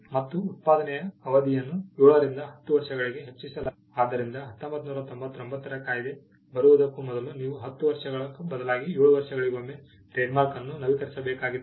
ಮತ್ತು ಉತ್ಪಾದನೆಯ ಅವಧಿಯನ್ನು 7 ರಿಂದ 10 ವರ್ಷಗಳಿಗೆ ಹೆಚ್ಚಿಸಲಾಯಿತು ಆದ್ದರಿಂದ 1999 ರ ಕಾಯಿದೆ ಬರುವುದಕ್ಕೂ ಮೊದಲು ನೀವು 10 ವರ್ಷಗಳ ಬದಲಾಗಿ 7 ವರ್ಷಗಳಿಗೊಮ್ಮೆ ಟ್ರೇಡ್ಮಾರ್ಕ್ ಅನ್ನು ನವೀಕರಿಸಬೇಕಾಗಿತ್ತು